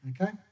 Okay